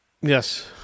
Yes